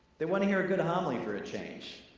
they wanna hear a good homily for a change.